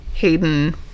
Hayden